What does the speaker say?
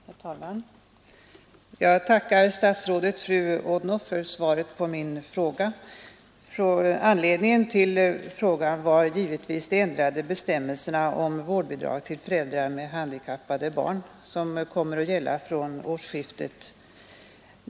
Herr talman! Jag tackar fru statsrådet Odhnoff för svaret på min fråga. Anledningen till den var givetvis de ändrade bestämmelserna om vårdbidrag till föräldrar med handikappade barn, som kommer att gälla från årsskiftet.